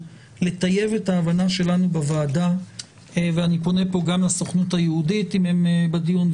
לטייב את ההבנה שלנו בוועדה ואני פונה כאן לסוכנות היהודית אם הם בדיון,